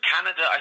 Canada